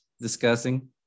discussing